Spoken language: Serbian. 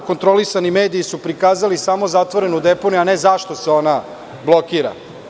Kontrolisani mediji su prikazali samo zatvorenu deponiju, a ne i zašto se ona blokira.